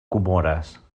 comores